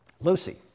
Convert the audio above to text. Lucy